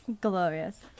Glorious